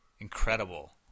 incredible